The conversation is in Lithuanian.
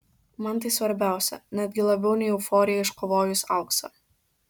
man tai svarbiausia netgi labiau nei euforija iškovojus auksą